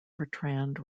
bertrand